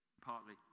partly